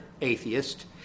atheist